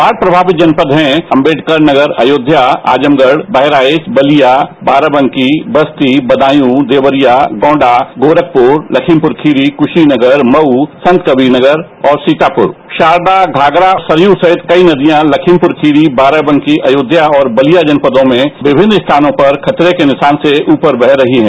बाढ़ प्रभावित जनपदों हैं अंबेडकर नगर अयोध्या आजमगढ़ बहराइच बलिया बाराबंकी बस्ती बदाप्रू देवरिया गोंडा गोरखपुर लखीमपुर खीरी कुशीनगर मक संतकबीरनगर और सीतापुर शारदा घाघरा सरयू सहित कई नदियां लखीमपुर बाराबंकी अयोध्या और बलिया जनपदों में विमिन्न स्थानों पर खतरे के निशान से ऊपर बह रही हैं